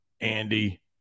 Andy